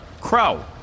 Crow